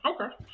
okay